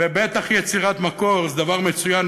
ובטח יצירת מקור זה דבר מצוין,